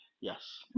Yes